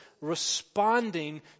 responding